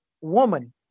woman